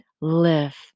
live